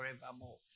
forevermore